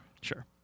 Sure